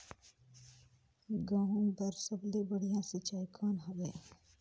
गहूं बर सबले बढ़िया सिंचाई कौन हवय?